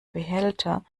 behälter